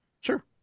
Sure